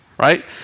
Right